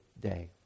day